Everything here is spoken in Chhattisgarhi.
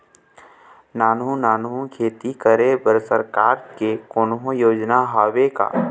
नानू नानू खेती करे बर सरकार के कोन्हो योजना हावे का?